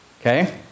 Okay